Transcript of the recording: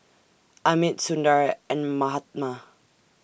Amit Sundar and Mahatma